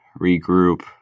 regroup